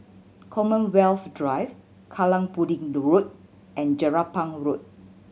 Commonwealth Drive Kallang Pudding Road and Jelapang Road